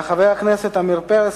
חבר הכנסת עמיר פרץ,